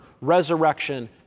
resurrection